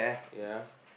ya